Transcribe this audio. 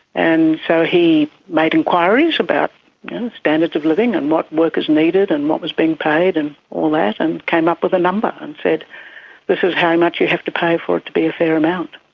and so he made enquiries about standards of living and what workers needed and what was being paid and all that and came up with a number, and said this is how much you have to pay for it to be a fair amount.